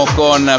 con